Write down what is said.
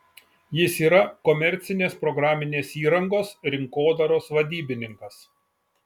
jis yra komercinės programinės įrangos rinkodaros vadybininkas